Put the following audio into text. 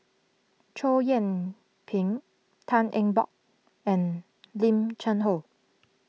Chow Yian Ping Tan Eng Bock and Lim Cheng Hoe